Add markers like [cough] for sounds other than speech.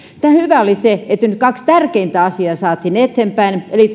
tässä hyvää oli se että nyt kaksi tärkeintä asiaa saatiin eteenpäin eli [unintelligible]